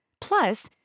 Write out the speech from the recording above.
Plus